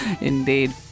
Indeed